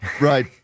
right